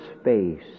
space